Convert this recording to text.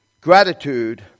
gratitude